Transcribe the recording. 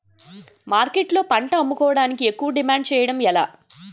మార్కెట్లో పంట అమ్ముకోడానికి ఎక్కువ డిమాండ్ చేయడం ఎలా?